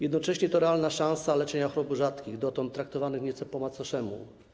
Jednocześnie to realna szansa leczenia chorób rzadkich, dotąd traktowanych nieco po macoszemu.